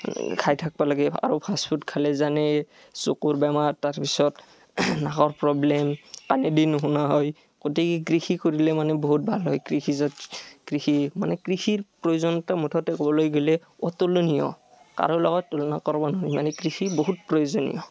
খাই থাকবা লাগে আৰু ফাচফুড খালে জানেই চকুৰ বেমাৰ তাৰপিছত নাকৰ প্ৰবলেম কাণে দি নুশুনা হয় গতিকে কৃষি কৰলি মানে বহুত ভাল হয় কৃষি জাত কৃষি মানে কৃষিৰ প্ৰয়োজনীয়তা মুঠতে ক'বলৈ গ'লে অতুলনীয় কাৰো লগত তোলনা কৰব নোৱাৰি মানে কৃষি বহুত প্ৰয়োজনীয়